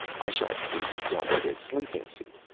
i shall freeze on to this sleeping suit.